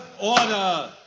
order